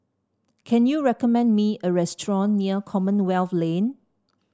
can you recommend me a restaurant near Commonwealth Lane